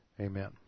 Amen